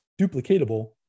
duplicatable